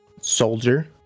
soldier